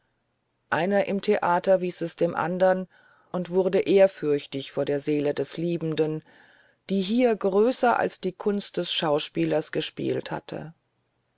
einer im theater wies es dem andern und wurde ehrfürchtig vor der seele des liebenden die hier größer als die kunst des schauspielers gespielt hatte